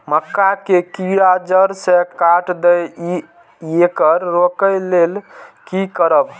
मक्का के कीरा जड़ से काट देय ईय येकर रोके लेल की करब?